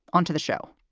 onto the show.